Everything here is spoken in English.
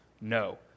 No